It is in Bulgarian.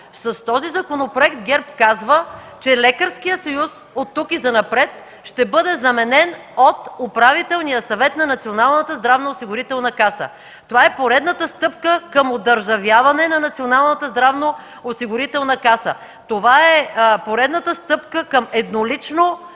С този законопроект ГЕРБ казва, че Лекарският съюз оттук и занапред ще бъде заменен от Управителния съвет на Националната здравноосигурителна каса. Това е поредната стъпка към одържавяване на Националната здравноосигурителна каса. Това е поредната стъпка към еднолично